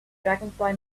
dragonfly